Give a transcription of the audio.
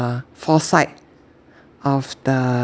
foresight of the